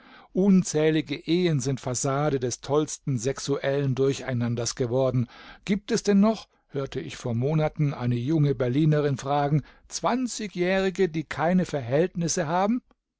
unzählige ehen sind fassade des tollsten sexuellen durcheinanders geworden gibt es denn noch hörte ich vor monaten eine junge berlinerin fragen zwanzigjährige die keine verhältnisse haben